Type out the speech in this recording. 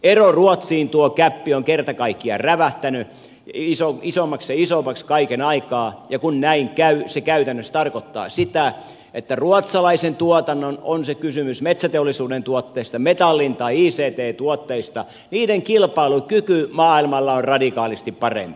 ero ruotsiin tuo gäppi on kerta kaikkiaan rävähtänyt isommaksi ja isommaksi kaiken aikaa ja kun näin käy se käytännössä tarkoittaa sitä että ruotsalaisen tuotannon on kysymys metsäteollisuuden tuotteista metallin tai ict tuotteista kilpailukyky maailmalla on radikaalisti parempi